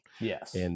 Yes